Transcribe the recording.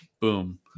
boom